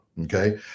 Okay